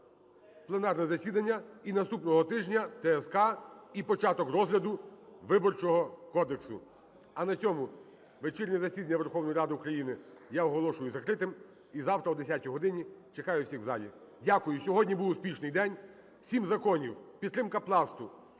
пленарне засідання, і наступного тижня - ТСК і початок розгляду Виборчого кодексу. А на цьому вечірнє засідання Верховної Ради України я оголошую закритим. І завтра о 10 годині чекаю всіх у залі. Дякую. Сьогодні був успішний день, сім законів: підтримка Пласту,